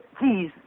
Please